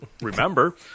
remember